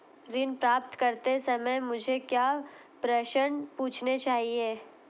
ऋण प्राप्त करते समय मुझे क्या प्रश्न पूछने चाहिए?